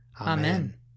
Amen